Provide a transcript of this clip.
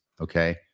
Okay